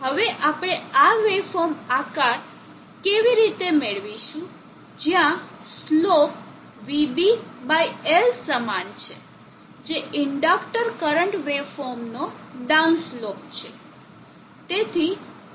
હવે આપણે આ વેવફોર્મ આકાર કેવી રીતે મેળવીશું જ્યાં સ્લોપ vB બાય L સમાન છે જે ઇન્ડક્ટર કરંટ વેવફોર્મનો ડાઉન સ્લોપ છે